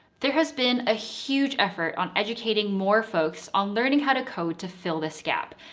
there has been a huge effort on educating more folks on learning how to code to fill this gap.